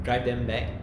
drive them back